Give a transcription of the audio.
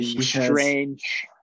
strange